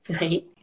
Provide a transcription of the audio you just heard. Right